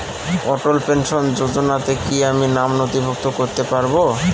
অটল pension যোজনাতে কি আমি নাম নথিভুক্ত করতে পারবো?